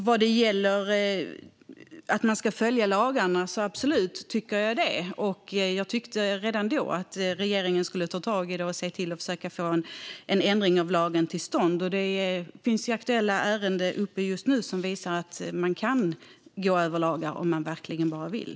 Jag tycker absolut att man ska följa lagarna. Jag tyckte redan då att regeringen skulle ta tag i detta och försöka få en ändring av lagen till stånd. Det finns ju aktuella ärenden uppe just nu som visar att man kan sätta sig över lagar om man verkligen vill.